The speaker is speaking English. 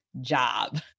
job